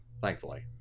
Thankfully